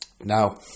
Now